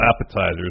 appetizers